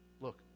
Look